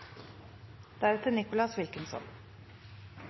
måte. Nicholas Wilkinson